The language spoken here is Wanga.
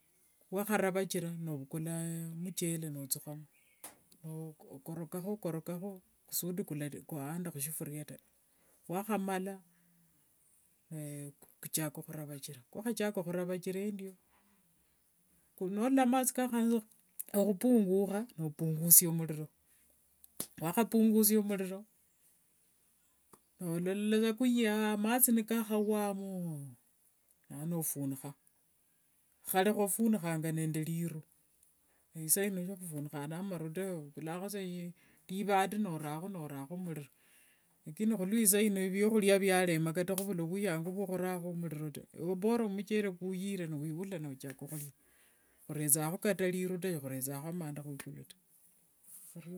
Kwakharavachira, novukula muchere nothukhamo. Okorogakho okorogakho kusudi kwalanda khusivuria ta. Kwakhamala, kuchaka khuravachira, kwakharavathira endio, kulio nolola mathi kakhanza okhupungukha, nopungusia muliro. Wskhapungusia muliro, nolola sa nikuyaa mathi kakhawawo, ninano ofunikha. Khale khwafunikhanga nende liru, na isaino sikhufunikhanfa nende maru ta. Khuvukulakho sa livati norakho norakho muliro. Lakini khulweisaino vyakhulia vyalema kata khuvula vwiyango vyakhurakho muliro ta. Ewe bora muchere kuyire niwivula ochaka khulia. Khurethakho maru ta khurechakho amaanda ta.